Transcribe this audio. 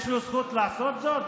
יש לו זכות לעשות זאת?